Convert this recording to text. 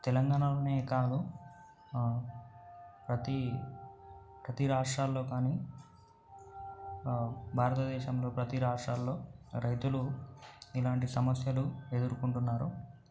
తెలంగాణలోనే కాదు ప్రతీ ప్రతీ రాష్ట్రాల్లో కానీ భారతదేశంలో ప్రతీ రాష్ట్రాల్లో రైతులు ఇలాంటి సమస్యలు ఎదురుకొంటున్నారు